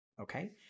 okay